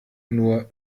nur